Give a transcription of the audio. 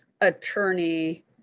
attorney